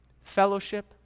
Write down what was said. fellowship